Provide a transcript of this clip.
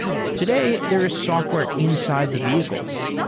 today, there is software inside the vehicles.